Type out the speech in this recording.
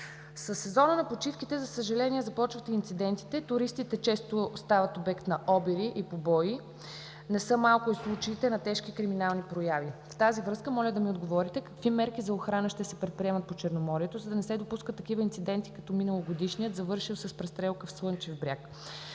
Със сезона на почивките, за съжаление, започват и инцидентите. Туристите често стават обект на обири и побои, не са малко и случаите на тежки криминални прояви. В тази връзка моля да ми отговорите какви мерки за охрана ще се предприемат по Черноморието, за да не се допускат такива инциденти като миналогодишния, завършил с престрелка в Слънчев бряг?